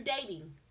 dating